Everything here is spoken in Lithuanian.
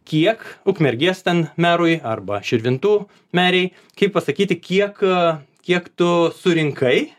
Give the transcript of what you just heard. kiek ukmergės ten merui arba širvintų merei kaip pasakyti kiek kiek tu surinkai